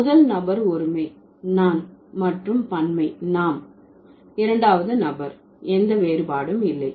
முதல் நபர் ஒருமை நான் மற்றும் பன்மை நாம் இரண்டாவது நபர் எந்த வேறுபாடும் இல்லை